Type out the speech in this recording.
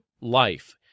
life